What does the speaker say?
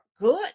good